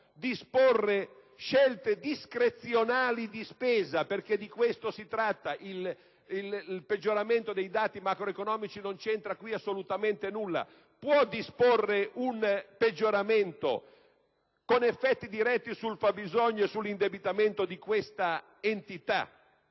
può disporre scelte discrezionali di spesa (perché di questo si tratta, dato che il peggioramento dei dati macroeconomici qui non c'entra assolutamente nulla) ed un peggioramento con effetti diretti sul fabbisogno e sull'indebitamento di questa entità,